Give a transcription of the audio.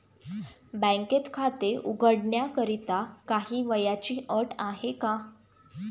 बँकेत खाते उघडण्याकरिता काही वयाची अट आहे का?